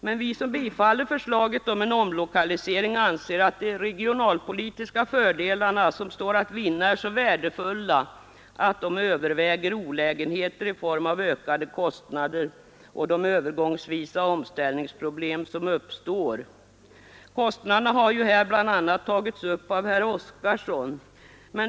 Men vi som tillstyrker förslaget om en utlokalisering anser att de regionalpolitiska fördelar som står att vinna är så stora, att de överväger olägenheterna i form av ökade kostnader och omställningsproblem, som övergångsvis uppstår. Kostnaderna har här bl.a. tagits upp av herr Oskarson.